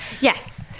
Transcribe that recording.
Yes